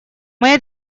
моя